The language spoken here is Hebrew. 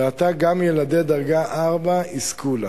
ועתה גם ילדי דרגה 4 יזכו לה.